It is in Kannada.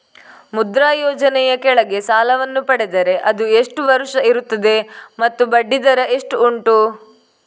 ಮುದ್ರಾ ಯೋಜನೆ ಯ ಕೆಳಗೆ ಸಾಲ ವನ್ನು ಪಡೆದರೆ ಅದು ಎಷ್ಟು ವರುಷ ಇರುತ್ತದೆ ಮತ್ತು ಬಡ್ಡಿ ದರ ಎಷ್ಟು ಉಂಟು?